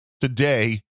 today